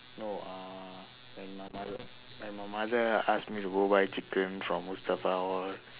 no uh when my mother when my mother ask me to go buy chicken from mustafa all